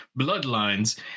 Bloodlines